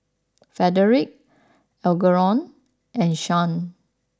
Fredrick Algernon and Shan